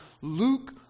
Luke